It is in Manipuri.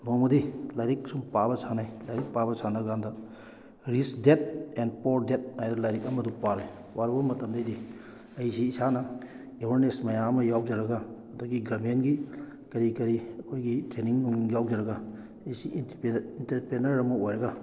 ꯅꯣꯡꯃꯗꯤ ꯂꯥꯏꯔꯤꯛ ꯁꯨꯝ ꯄꯥꯕ ꯁꯥꯟꯅꯩ ꯂꯥꯏꯔꯤꯛ ꯄꯥꯕ ꯁꯥꯟꯅ ꯀꯥꯟꯗ ꯔꯤꯁ ꯗꯦꯠ ꯑꯦꯟ ꯄꯣꯔ ꯗꯦꯠ ꯍꯥꯏꯕ ꯂꯥꯏꯔꯤꯛ ꯑꯃꯗꯣ ꯄꯥꯔꯦ ꯄꯥꯔꯨꯕ ꯃꯇꯝꯗꯩꯗꯤ ꯑꯩꯁꯤ ꯏꯁꯥꯅ ꯑꯦꯋꯥꯔꯅꯦꯁ ꯃꯌꯥꯝ ꯑꯃ ꯌꯥꯎꯖꯔꯒ ꯑꯗꯒꯤ ꯒꯔꯃꯦꯟꯒꯤ ꯀꯔꯤ ꯀꯔꯤ ꯑꯩꯈꯣꯏꯒꯤ ꯇ꯭ꯔꯦꯟꯅꯤꯡꯅꯨꯡ ꯌꯥꯎꯖꯔꯒ ꯑꯩꯁꯤ ꯏꯟꯇꯔꯄ꯭ꯔꯦꯅꯔ ꯑꯃ ꯑꯣꯏꯔꯒ